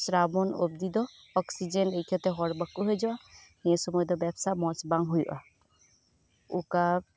ᱥᱨᱟᱵᱚᱱ ᱚᱵᱽᱫᱤ ᱫᱚ ᱚᱵᱽ ᱥᱤᱡᱤᱱ ᱤᱭᱠᱟᱹᱛᱮ ᱦᱚᱲ ᱵᱟᱠᱚ ᱦᱤᱡᱩᱜᱼᱟ ᱱᱤᱭᱟᱹ ᱥᱳᱢᱳᱭ ᱵᱮᱵᱽᱥᱟ ᱢᱚᱸᱡᱽ ᱵᱟᱝ ᱦᱳᱭᱳᱜᱼᱟ ᱚᱠᱟ